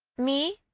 me?